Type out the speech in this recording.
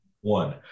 One